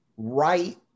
right